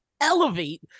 elevate